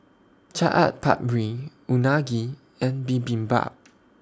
Chaat Papri Unagi and Bibimbap